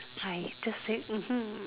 I just say mmhmm